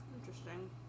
Interesting